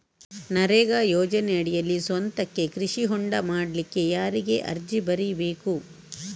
ನರೇಗಾ ಯೋಜನೆಯಡಿಯಲ್ಲಿ ಸ್ವಂತಕ್ಕೆ ಕೃಷಿ ಹೊಂಡ ಮಾಡ್ಲಿಕ್ಕೆ ಯಾರಿಗೆ ಅರ್ಜಿ ಬರಿಬೇಕು?